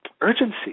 urgency